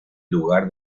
lugar